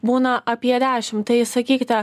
būna apie dešim tai sakykite